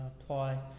apply